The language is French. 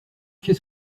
qu’est